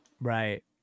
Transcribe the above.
right